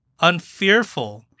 unfearful